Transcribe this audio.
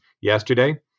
yesterday